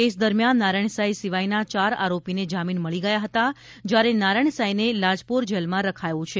case દરમિયાન નારાયણ સાંઈ સિવાયના ચાર આરોપીને જામીન મળી ગયા હતા જ્યારે નારાયણ સાંઈને લાજપોર જેલમાં રખાયો છે